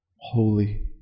holy